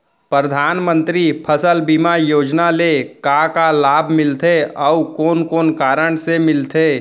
परधानमंतरी फसल बीमा योजना ले का का लाभ मिलथे अऊ कोन कोन कारण से मिलथे?